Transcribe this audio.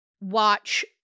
watch